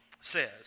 says